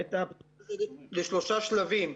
את הפרויקט הזה לשלושה שלבים.